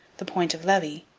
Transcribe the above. the point of levy,